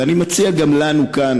ואני מציע גם לנו כאן,